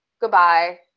Goodbye